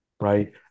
right